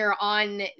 on